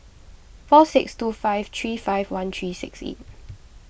four six two five three five one three six eight